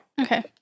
Okay